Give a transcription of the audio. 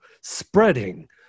spreading